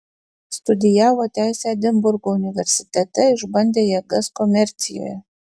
studijavo teisę edinburgo universitete išbandė jėgas komercijoje